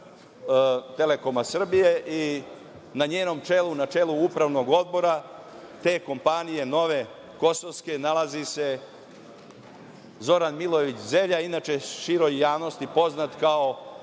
„Telekoma Srbije“ i na njenom čelu, na čelu upravnog odbora te kompanije nove kosovske nalazi se Zoran Milojević Zelja, inače široj javnosti poznat kao